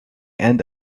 end